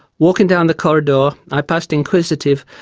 walking down the corridor i passed inquisitive,